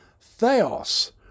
Theos